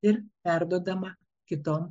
ir perduodama kitom